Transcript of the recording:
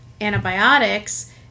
antibiotics